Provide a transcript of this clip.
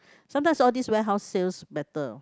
sometimes all these warehouse sales better